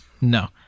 no